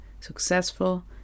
successful